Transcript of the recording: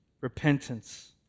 repentance